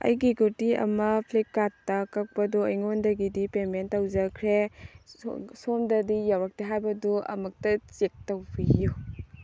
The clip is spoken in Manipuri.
ꯑꯩꯒꯤ ꯀꯨꯔꯇꯤ ꯑꯃ ꯐ꯭ꯂꯤꯞꯀꯥꯔꯠꯇ ꯀꯛꯄꯗꯣ ꯑꯩꯉꯣꯟꯗꯒꯤꯗꯤ ꯄꯦꯃꯦꯟ ꯇꯧꯖꯈ꯭ꯔꯦ ꯁꯣꯝꯗꯗꯤ ꯌꯧꯔꯛꯇꯦ ꯍꯥꯏꯕꯗꯣ ꯑꯃꯨꯛꯇ ꯆꯦꯛ ꯇꯧꯕꯤꯌꯨ